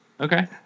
Okay